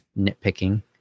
nitpicking